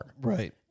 Right